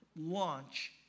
launch